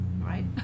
right